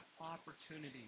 opportunities